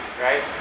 right